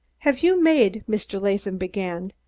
have you made, mr. latham began,